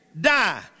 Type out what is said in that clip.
die